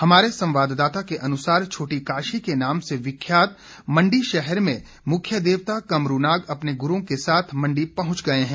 हमारे संवाददाता के अनुसार छोटी काशी के नाम से विख्यात मंडी शहर में मुख्य देवता कमरूनाग अपने गुरों के साथ मंडी पहुंच गए हैं